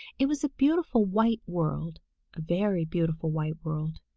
it was a beautiful white world, a very beautiful white world.